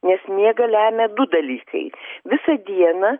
nes miegą lemia du dalykai visą dieną